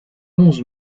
onze